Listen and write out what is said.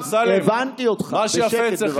ישראל מתמודדת עם